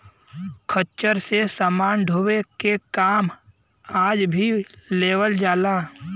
खच्चर से समान ढोवे के काम आज भी लेवल जाला